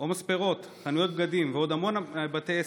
או מספרות, חנויות בגדים ועוד המון בתי עסק,